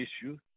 issue